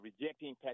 rejecting